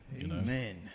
Amen